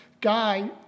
guy